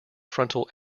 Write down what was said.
frontal